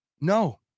No